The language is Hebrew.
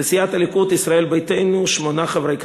לסיעת הליכוד, ישראל ביתנו, שמונה חברי כנסת: